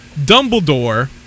Dumbledore